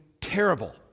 terrible